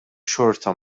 xorta